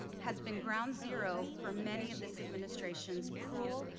has been ground zero for many of this administration's cruel,